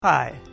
Hi